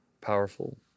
powerful